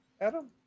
Adam